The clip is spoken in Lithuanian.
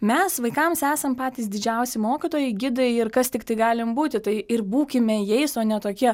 mes vaikams esam patys didžiausi mokytojai gidai ir kas tiktai galim būti tai ir būkime jais o ne tokie